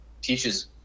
teaches